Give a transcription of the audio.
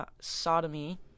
sodomy